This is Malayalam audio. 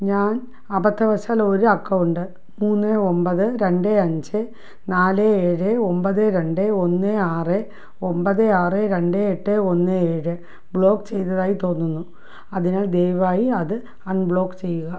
ഞാൻ അബദ്ധവശാൽ ഒരു അക്കൗണ്ട് മൂന്ന് ഒമ്പത് രണ്ട് അഞ്ച് നാല് ഏഴ് ഒമ്പത് രണ്ട് ഒന്ന് ആറ് ഒമ്പത് ആറ് രണ്ട് എട്ട് ഒന്ന് ഏഴ് ബ്ലോക്ക് ചെയ്തതായി തോന്നുന്നു അതിനാൽ ദയവായി അത് അൺബ്ലോക്ക് ചെയ്യുക